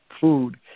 food